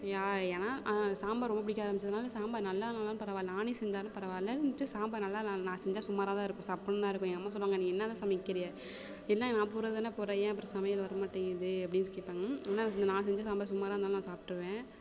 யா ஏன்னா சாம்பார் ரொம்ப பிடிக்க ஆரம்பிச்சதுனால் சாம்பார் நல்லா இல்லைன்னாலும் பரவால்லை நானே செஞ்சாலும் பரவால்லைன்ட்டு சாம்பார் நல்லால்லனாலும் நான் செஞ்சால் சுமாராக தான் இருக்கும் சப்புன்னு தான் இருக்கும் எங்கள் அம்மா சொல்லுவாங்க நீ என்ன தான் சமைக்கிற எல்லாம் நான் போடுறது தான் போடுற ஏன் அப்புறம் சமையல் வர மாட்டிங்கிது அப்படின் சொல்லி கேட்பாங்க என்ன நான் செஞ்ச சாம்பார் சுமாராக இருந்தாலும் நான் சாப்பிட்ருவேன்